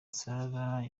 sarah